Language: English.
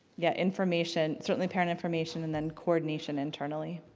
yeah, information, certainly parent information and then coordination internally.